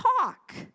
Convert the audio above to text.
talk